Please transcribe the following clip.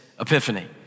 Epiphany